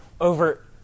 over